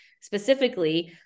specifically